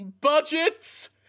budgets